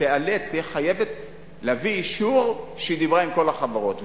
תהיה חייבת להביא אישור שהיא דיברה עם כל החברות.